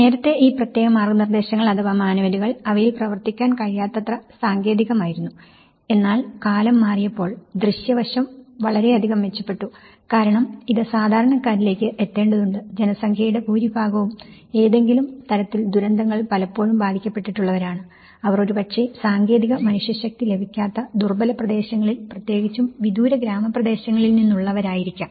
നേരത്തെ ഈ പ്രത്യേക മാർഗനിർദേശങ്ങൾ അഥവാ മാനുവലുകൾ അവയിൽ പ്രവർത്തിക്കാൻ കഴിയാത്തത്ര സാങ്കേതികമായിരുന്നു എന്നാൽ കാലം മാറിയപ്പോൾ ദൃശ്യ വശം വളരെയധികം മെച്ചപ്പെട്ടു കാരണം ഇത് സാധാരണക്കാരിലേക്ക് എത്തേണ്ടതുണ്ട് ജനസംഖ്യയുടെ ഭൂരിഭാഗവും ഏതെങ്കിലും തരത്തിൽ ദുരന്തങ്ങൾ പലപ്പോഴും ബാധിക്കപ്പെട്ടിട്ടുള്ളവരാണ് അവർ ഒരുപക്ഷേ സാങ്കേതിക മനുഷ്യശക്തി ലഭിക്കാത്ത ദുർബല പ്രദേശങ്ങളിൽ പ്രത്യേകിച്ചും വിദൂര ഗ്രാമപ്രദേശങ്ങളിൽ നിന്നുള്ളവരായിരിക്കാം